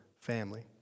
family